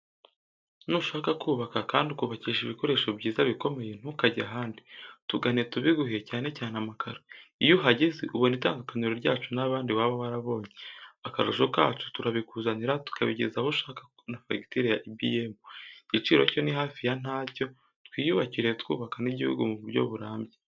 Nushaka kubaka kandi ukubakisha ibikoresho byiza bikomeye ntukajye ahandi. Tugane tubiguhe cyane cyane amakaro. Iyo uhageze ubona itandukaniro ryacu n'abandi waba warabonye. Akarusho kacu turabikuzanira tukabigeza aho ushaka na fagitire ya ibiyemu. Igiciro cyo ni hafi ya ntacyo, twiyubakire twubaka n'igihugu mu buryo burambye.